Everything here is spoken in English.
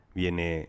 viene